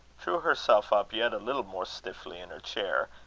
drew herself up yet a little more stiffly in her chair,